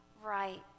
right